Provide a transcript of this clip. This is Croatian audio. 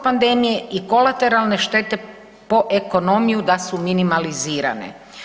pandemije i kolateralne štete po ekonomiju, da su minimalizirane.